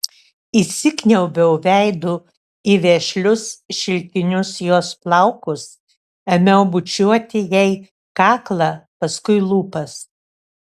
įsikniaubiau veidu į vešlius šilkinius jos plaukus ėmiau bučiuoti jai kaklą paskui lūpas